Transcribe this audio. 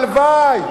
הלוואי.